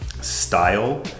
Style